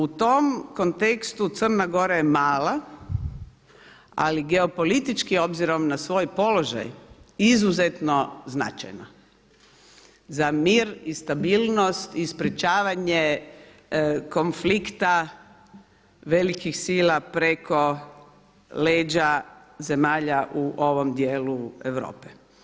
U tom kontekstu Crna Gora je mala, ali geopolitički obzirom na svoj položaj izuzetno značajna za mir i stabilnost i sprečavanje konflikta velikih sila preko leđa zemalja u ovom dijelu Europe.